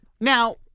Now